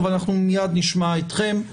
מייד נשמע אתכם.